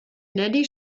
nelly